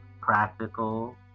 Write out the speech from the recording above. practical